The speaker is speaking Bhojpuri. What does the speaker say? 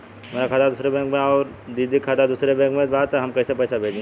हमार खाता दूसरे बैंक में बा अउर दीदी का खाता दूसरे बैंक में बा तब हम कैसे पैसा भेजी?